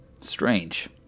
Strange